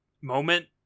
moment